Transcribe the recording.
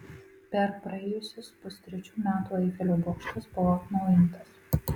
per praėjusius pustrečių metų eifelio bokštas buvo atnaujintas